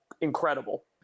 incredible